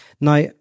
Now